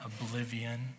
oblivion